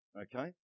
Okay